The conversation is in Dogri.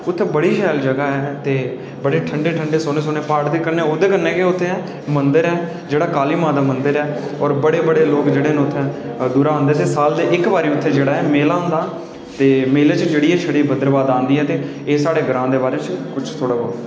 उत्थै बड़ी शैल जगह् ऐ ते बड़े ठंडे ठंडे सोह्ने प्हाड़ ते ओह्दे कन्नै गै उत्थै मंदर ऐ जेह्ड़ा काली मां दा मंदर ऐ होर बड़े बड़े लोक जेह्डे़ न उत्थै औंदे ते साल्लै दा इक्क बारी उत्थै मेला लगदा ऐ ते मेले च छड़ी ऐ भद्रवाह् दा आंदी ऐ एह् साढे़ ग्रांऽ दे बारै थोह्ड़ा जेहा किश